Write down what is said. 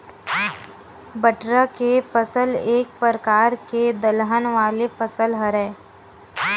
बटरा के फसल एक परकार के दलहन वाले फसल हरय